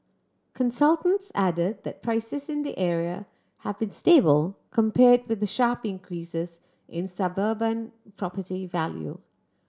consultants added that prices in the area have been stable compared with the sharp increases in suburban property value